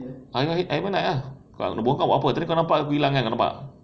hari-hari every night ah nak bohong kau buat apa tadi kau nampak aku hilang kan kau nampak